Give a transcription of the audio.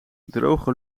droge